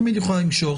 תמיד יכולה למשוך.